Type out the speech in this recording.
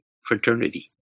fraternity